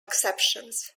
exceptions